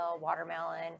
watermelon